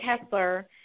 Kessler